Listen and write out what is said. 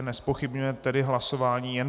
Nezpochybňuje tedy hlasování.